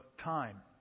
time